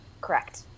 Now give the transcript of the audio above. Correct